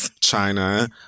China